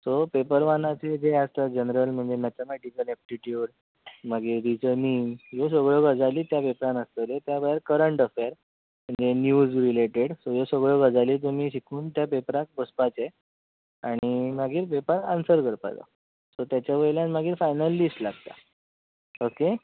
so paper वनाचे जे आसता जनरल म्हणजे मॅथमॅटीकल एप्टिट्यूट मागीर रिजनींग ह्यो सगळ्यो गजाली त्या पेपरान आसतल्यो त्या भायर करंट अफॅर आनी न्यूज रिलेटेड सो ह्यो सगळ्यो गजाली तुमी शिकून त्या पेपराक बसपाचें आनी मागीर पेपर आन्सर करपाचो सो ताच्या वयल्यान मागीर फायनल लिस्ट लागता ओके